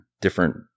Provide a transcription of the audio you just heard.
different